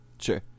Sure